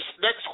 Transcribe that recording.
next